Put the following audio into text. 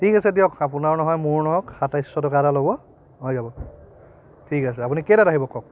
ঠিক আছে দিয়ক আপোনাৰো নহয় মোৰো নহওক সাতাইশ টকা এটা ল'ব হৈ যাব ঠিক আছে আপুনি কেইটাত আহিব কওক